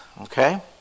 okay